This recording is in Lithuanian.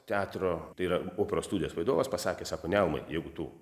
teatro tai yra operos studijos vadovas pasakė sako ne almai jeigu tu